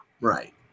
Right